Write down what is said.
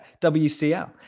WCL